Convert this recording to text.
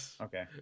okay